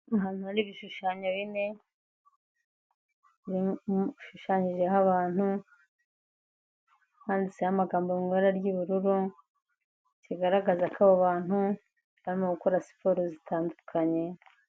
Ahantu hari ibishushanyo bine bishushanyijeho abantu handitseho amagambo mu ibara ry'ubururu, kigaragaza ko abo bantu barimo gukora siporo zitandunye.